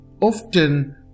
often